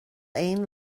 aon